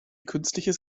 künstliches